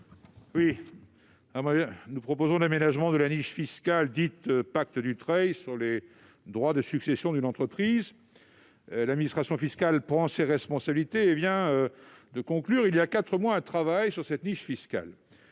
a pour objet l'aménagement de la niche fiscale, dite « pacte Dutreil », sur les droits de succession d'une entreprise. L'administration fiscale prend ses responsabilités et vient de conclure, voilà quatre mois, un travail sur cette niche fiscale.